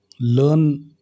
Learn